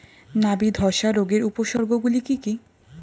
নাবি ধসা রোগের উপসর্গগুলি কি কি?